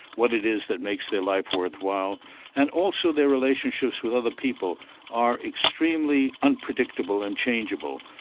what it is that makes their life worthwhile and also their relationships with other people are extremely unpredictable and changeable.